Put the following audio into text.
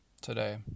today